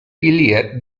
iliad